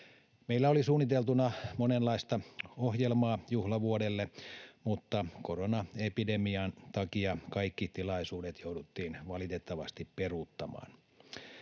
Meillä oli suunniteltuna monenlaista ohjelmaa juhlavuodelle, mutta koronaepidemian takia kaikki tilaisuudet jouduttiin valitettavasti peruuttamaan.